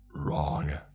Wrong